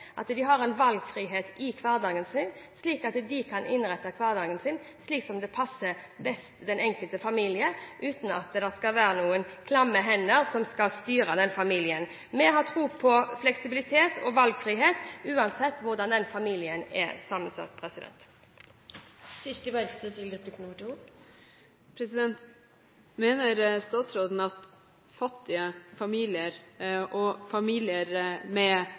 at de har en valgfrihet i hverdagen sin, slik at de kan innrette hverdagen sin slik det passer den enkelte familie best, uten at det skal være noen klamme hender som skal styre den familien. Vi har tro på fleksibilitet og valgfrihet uansett hvordan familien er sammensatt. Mener statsråden at fattige familier og familier med